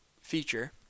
feature